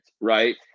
right